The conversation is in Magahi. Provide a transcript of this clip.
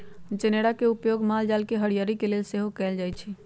जनेरा के उपयोग माल जाल के हरियरी के लेल सेहो कएल जाइ छइ